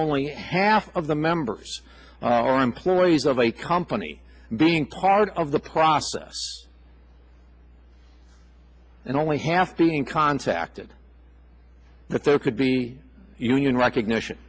only half of the members all ramps noways of a company being part of the process and only half being contacted that there could be union recognition